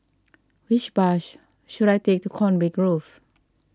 which bus should I take to Conway Grove